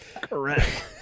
Correct